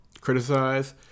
criticize